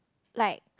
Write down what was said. like